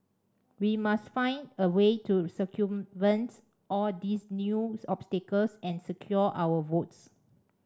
we must find a way to circumvent all these new obstacles and secure our votes